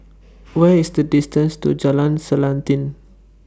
What IS The distances to Jalan Selanting